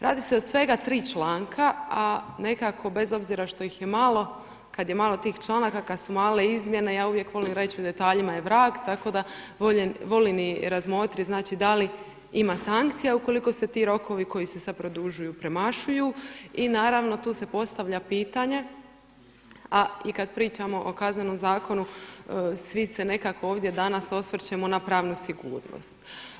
Radi se o svega tri članka, a nekako bez obzira što ih je malo, kad je malo tih članaka, kad su male izmjene ja uvijek volim reći „u detaljima je vrag“ tako da volim i razmotrit da li ima sankcija u koliko se ti rokovi koji se sad produžuju premašuju i naravno tu se postavlja pitanje, a i kad pričamo o kaznenom zakonu svi se nekako ovdje danas osvrćemo na pravnu sigurnost.